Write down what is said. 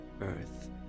earth